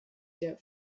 der